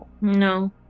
No